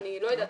אני לא יודעת,